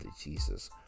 Jesus